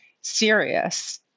serious